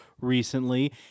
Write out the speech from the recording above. recently